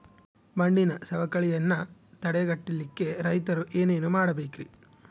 ಮಣ್ಣಿನ ಸವಕಳಿಯನ್ನ ತಡೆಗಟ್ಟಲಿಕ್ಕೆ ರೈತರು ಏನೇನು ಮಾಡಬೇಕರಿ?